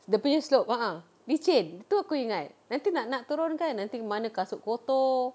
dia punya slope a'ah licin itu aku ingat nanti nak nak turun kan nanti mana kasut kotor